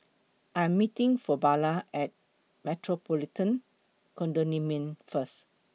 I Am meeting Fabiola At The Metropolitan Condominium First